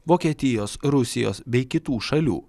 vokietijos rusijos bei kitų šalių